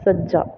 ਸੱਜਾ